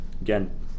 again